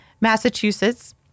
Massachusetts